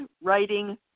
writing